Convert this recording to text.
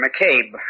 McCabe